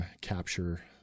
capture